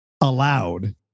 allowed